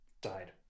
died